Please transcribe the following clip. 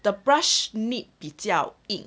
the brush nip 比较硬